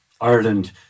Ireland